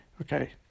okay